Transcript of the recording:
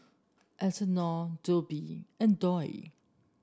Eleonore Robley and Doyle